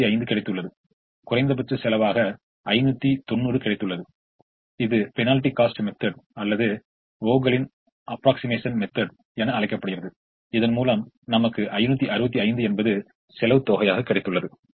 எனவே u3 ui u3 இது மூன்றாவது வரிசையாகும் எனவே u3 v3 6 அதாவது Cij என்பது 6 ஆகும் எனவே u3 7 6 ஆக u3 என்பது 1 ஆக மாறும்